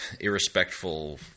irrespectful